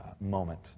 moment